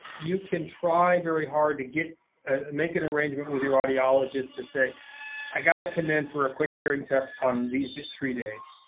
you can try very hard to ah make an arrangement with your audiologist to say i got to come in for a quick hearing test on these three days.